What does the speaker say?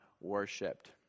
worshipped